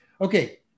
okay